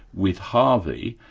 with harvey,